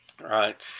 Right